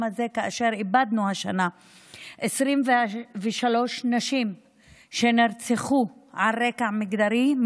הזה לאחר שאיבדנו השנה 23 נשים שנרצחו על רקע מגדרי,